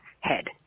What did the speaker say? head